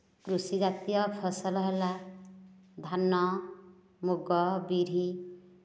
କୃଷି ଜାତୀୟ ଫସଲ ହେଲା ଧାନ ମୁଗ ବିରି